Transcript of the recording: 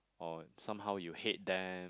or somehow you hate them